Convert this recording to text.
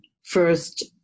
first